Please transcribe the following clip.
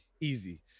easy